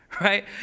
right